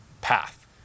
path